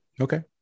Okay